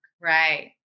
Right